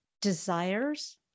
desires